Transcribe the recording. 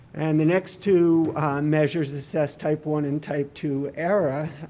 and the next two measures assess type one and type two error.